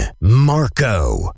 Marco